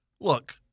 look